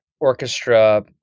orchestra